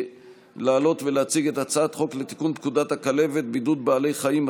לעלות ולהציג את הצעת חוק לתיקון פקודת הכלבת (בידוד בעלי חיים),